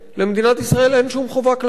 למדינת ישראל אין שום חובה כלפיו,